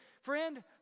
friend